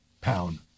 pound